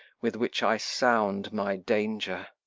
with which i sound my danger